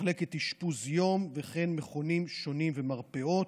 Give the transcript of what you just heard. מחלקת אשפוז יום וכן מכונים שונים ומרפאות,